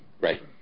Right